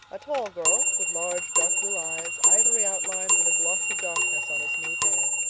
a tall girl, with large dark-blue eyes, ivory outlines, and a gloss of darkness on her smooth hair.